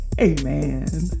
Amen